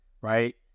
Right